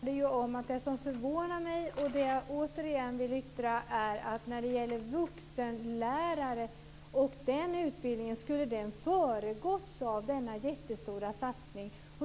Herr talman! Det som först och främst förvånar mig är att utbildningen för vuxenlärare skulle ha föregåtts av denna jättestora satsning.